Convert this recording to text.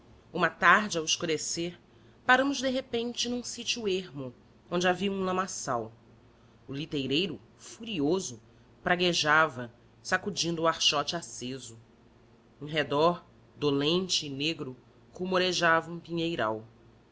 uma tarde ao escurecer paramos de repente num sítio ermo onde havia um lamaçal o liteireiro furioso praguejava sacudindo o archote aceso em redor dolente e negro rumorejava um pinheiral